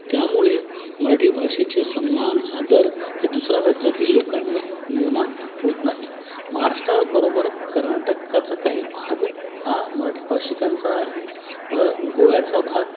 त्यामुळे मराठी भाषेचे सम्मान आदर हे दुसऱ्या राज्यातील लोकांना निर्माण होत नाही महाराष्ट्राबरोबर कर्नाटकाचा काही भाग हा मराठी भाषिकांचा आहे व गोव्याचा भाग